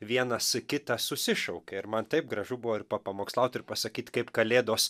vienas kitą susišaukia ir man taip gražu buvo ir papamokslaut ir pasakyt kaip kalėdos